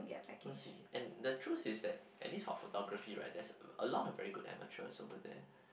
we'll see and the truth is that at least for photography right there's a lot of very good amateur over there